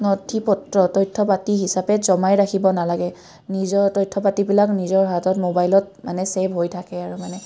নথি পত্ৰ তথ্য পাতি হিচাপে জমাই ৰাখিব নালাগে নিজৰ তথ্য পাতিবিলাক নিজৰ হাতত মোবাইলত মানে ছেভ হৈ থাকে আৰু মানে